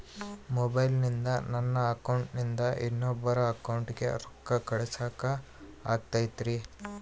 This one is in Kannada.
ಮೊಬೈಲಿಂದ ನನ್ನ ಅಕೌಂಟಿಂದ ಇನ್ನೊಬ್ಬರ ಅಕೌಂಟಿಗೆ ರೊಕ್ಕ ಕಳಸಾಕ ಆಗ್ತೈತ್ರಿ?